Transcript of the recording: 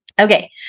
Okay